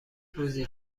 روزی